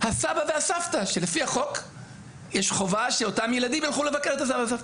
הסבא והסבתא שלפי החוק יש חובה שאותם ילדים ילכו לבקר את הסבא והסבתא,